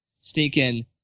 stinking